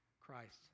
Christ